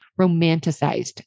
romanticized